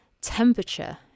temperature